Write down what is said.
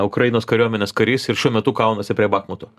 ukrainos kariuomenės karys ir šiuo metu kaunasi prie bachmuto